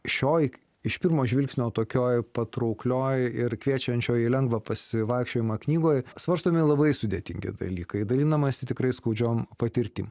šioj iš pirmo žvilgsnio tokioj patrauklioj ir kviečiančioj į lengvą pasivaikščiojimą knygoj svarstomi labai sudėtingi dalykai dalinamasi tikrai skaudžiom patirtim